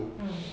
mm